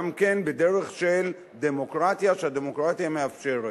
גם כן בדרך של דמוקרטיה, שהדמוקרטיה מאפשרת.